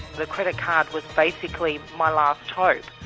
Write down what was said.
the credit card was basically my last hope.